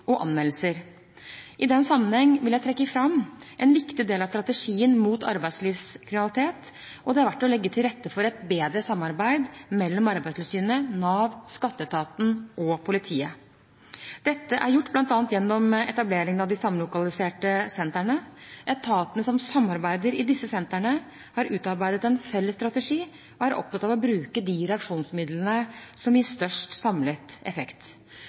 og anmeldelser. I den sammenheng vil jeg trekke fram en viktig del i strategien mot arbeidslivskriminalitet – og det har vært å legge til rette for et bedre samarbeid mellom Arbeidstilsynet, Nav, skatteetaten og politiet. Dette er gjort bl.a. gjennom etableringen av samlokaliserte sentre. Etatene som samarbeider i disse sentrene, har utarbeidet en felles strategi og er opptatt av å bruke de reaksjonsmidlene som gir størst samlet effekt.